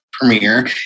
premiere